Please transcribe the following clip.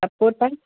சப்போட்டா